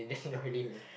oh okay